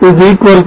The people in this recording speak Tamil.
Rs 0